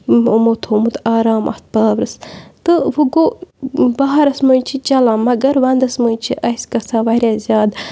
یِمو تھومُت آرام اَتھ پاورَس تہٕ وٕ گوٚو بَہارَس منٛز چھِ چَلان مَگر وَنٛدَس منٛز چھِ اَسہِ گژھان وارِیاہ زیادٕ